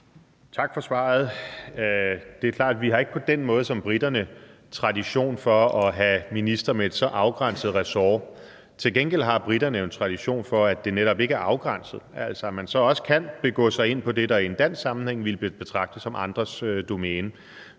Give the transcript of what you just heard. Tak for svaret. Det er klart, at vi ikke på den måde som briterne har tradition for at have ministre med et så afgrænset ressort, men til gengæld har briterne en tradition for, at det netop ikke er afgrænset, altså at man så også kan gå ind på det, der i en dansk sammenhæng ville blive betragtet som andres domæne.